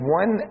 one